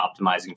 optimizing